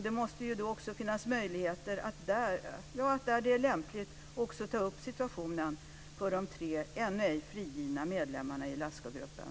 Det måste då också finnas möjligheter att där det är lämpligt ta upp situationen för de tre ännu ej frigivna medlemmarna i Ilascu-gruppen.